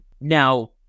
Now